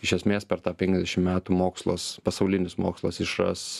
iš esmės per tą penkiasdešim metų mokslas pasaulinis mokslas išras